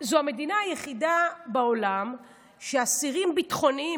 זאת המדינה היחידה בעולם שאסירים ביטחוניים